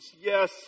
Yes